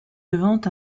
devant